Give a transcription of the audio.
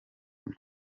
guma